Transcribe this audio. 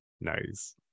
nice